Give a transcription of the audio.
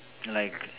like